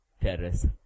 terrace